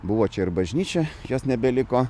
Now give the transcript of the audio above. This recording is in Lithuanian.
buvo čia ir bažnyčia jos nebeliko